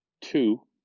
two